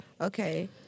Okay